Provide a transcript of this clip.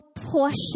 portion